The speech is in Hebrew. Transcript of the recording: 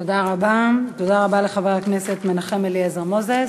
תודה לחבר הכנסת מנחם אליעזר מוזס.